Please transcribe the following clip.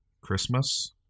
Christmas